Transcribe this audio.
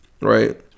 Right